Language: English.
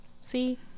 See